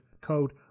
code